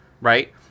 right